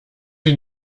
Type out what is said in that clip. sie